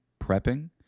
prepping